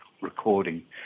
recording